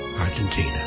Argentina